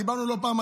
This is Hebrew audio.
דיברנו לא פעם,